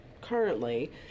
currently